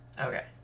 Okay